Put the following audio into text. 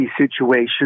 situation